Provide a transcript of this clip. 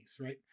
right